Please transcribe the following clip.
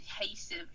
adhesive